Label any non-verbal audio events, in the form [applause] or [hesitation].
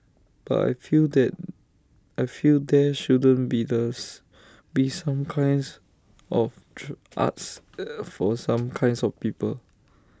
but I feel that I feel there shouldn't be [unintelligible] be some kinds of true arts [hesitation] for some [noise] kinds of people